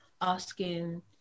asking